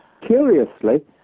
Curiously